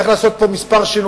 צריך לעשות פה כמה שינויים,